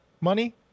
money